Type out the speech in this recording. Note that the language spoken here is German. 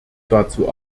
dazu